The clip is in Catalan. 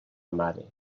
mare